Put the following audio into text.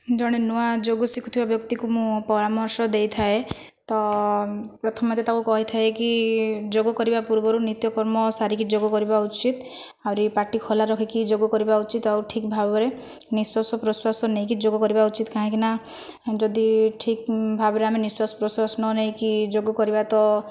ଜଣେ ନୂଆ ଯୋଗ ଶିଖୁଥିବା ଵ୍ୟକ୍ତିକୁ ମୁଁ ପରାମର୍ଶ ଦେଇଥାଏ ତ ପ୍ରଥମେ ତାକୁ କହିଥାଏକି ଯୋଗ କରିବା ପୂର୍ବରୁ ନିତ୍ୟକର୍ମ ସାରିକି ଯୋଗ କରିବା ଉଚିତ ଆହୁରି ପାଟି ଖୋଲା ରଖିକି ଯୋଗ କରିବା ଉଚିତ ଆଉ ଠିକ ଭାବରେ ନିଶ୍ୱାସ ପ୍ରଶ୍ଵାସ ନେଇକି ଯୋଗ କରିବା ଉଚିତ କାହିଁକିନା ଯଦି ଠିକ ଭାବରେ ଆମେ ନିଶ୍ୱାସ ପ୍ରଶ୍ୱାସ ନ ନେଇକି ଯୋଗ କରିବା ତ